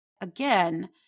again